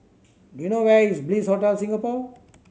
do you know where is Bliss Hotel Singapore